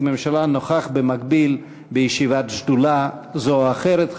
הממשלה נוכח במקביל בישיבת שדולה זו או אחרת,